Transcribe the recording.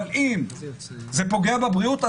אבל אם זה פוגע בבריאות,